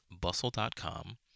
bustle.com